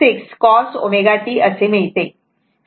66 cos ω t असे मिळते